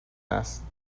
است